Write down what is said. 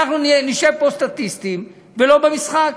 ואנחנו נשב פה סטטיסטים ולא במשחק.